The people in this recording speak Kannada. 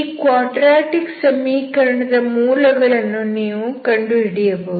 ಈ ಕ್ವಾಡ್ರಟಿಕ್ ಸಮೀಕರಣ ದ ಮೂಲ ಗಳನ್ನು ನೀವು ಕಂಡುಹಿಡಿಯಬಹುದು